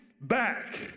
back